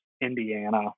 Indiana